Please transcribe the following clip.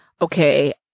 okay